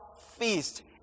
feast